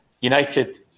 United